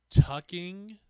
tucking